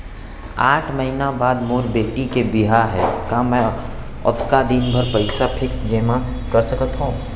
आठ महीना बाद मोर बेटी के बिहाव हे का मैं ओतका दिन भर पइसा फिक्स जेमा कर सकथव?